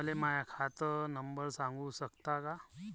मले माह्या खात नंबर सांगु सकता का?